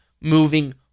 moving